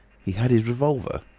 he had his revolver.